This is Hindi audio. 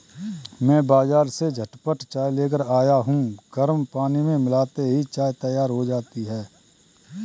मैं बाजार से झटपट चाय लेकर आया हूं गर्म पानी में मिलाते ही चाय तैयार हो जाती है